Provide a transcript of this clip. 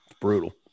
Brutal